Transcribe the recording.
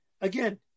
again